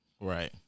Right